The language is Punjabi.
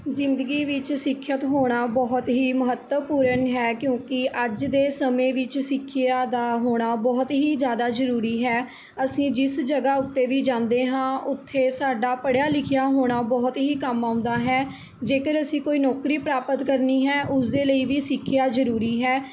ਜ਼ਿੰਦਗੀ ਵਿੱਚ ਸਿੱਖਿਅਤ ਹੋਣਾ ਬਹੁਤ ਹੀ ਮਹੱਤਵਪੂਰਨ ਹੈ ਕਿਉਂਕਿ ਅੱਜ ਦੇ ਸਮੇਂ ਵਿੱਚ ਸਿੱਖਿਆ ਦਾ ਹੋਣਾ ਬਹੁਤ ਹੀ ਜ਼ਿਆਦਾ ਜ਼ਰੂਰੀ ਹੈ ਅਸੀਂ ਜਿਸ ਜਗ੍ਹਾ ਉੱਤੇ ਵੀ ਜਾਂਦੇ ਹਾਂ ਉੱਥੇ ਸਾਡਾ ਪੜ੍ਹਿਆ ਲਿਖਿਆ ਹੋਣਾ ਬਹੁਤ ਹੀ ਕੰਮ ਆਉਂਦਾ ਹੈ ਜੇਕਰ ਅਸੀਂ ਕੋਈ ਨੌਕਰੀ ਪ੍ਰਾਪਤ ਕਰਨੀ ਹੈ ਉਸ ਦੇ ਲਈ ਵੀ ਸਿੱਖਿਆ ਜ਼ਰੂਰੀ ਹੈ